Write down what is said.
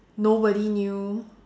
nobody knew